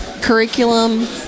curriculum